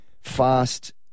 fast